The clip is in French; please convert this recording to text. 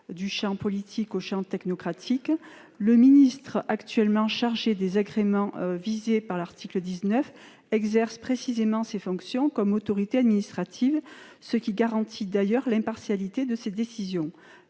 du champ « politique » au champ « technocratique ». Le ministre actuellement chargé des agréments visés par l'article 19 exerce précisément ses fonctions comme autorité administrative, ce qui garantit d'ailleurs l'impartialité de ses décisions.